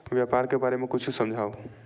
व्यापार के बारे म कुछु समझाव?